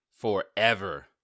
forever